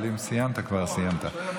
אבל אם כבר סיימת,